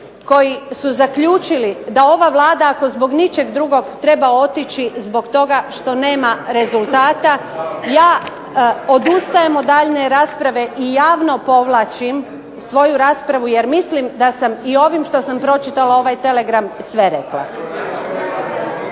koji su zaključili da ova Vlada, ako zbog ničeg drugog treba otići zbog toga što nema rezultata, ja odustajem od daljnje rasprave i javno povlačim svoju raspravu jer mislim da sam i ovim što sam pročitala ovaj telegram sve rekla.